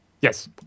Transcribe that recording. Yes